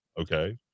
Okay